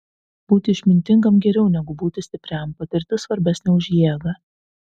būti išmintingam geriau negu būti stipriam patirtis svarbesnė už jėgą